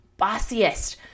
bossiest